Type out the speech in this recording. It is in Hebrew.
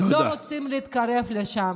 הם לא רוצים להתקרב לשם.